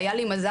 היה לי מזל,